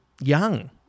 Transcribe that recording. young